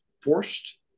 forced